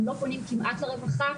הם לא פונים כמעט לרווחה,